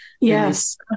Yes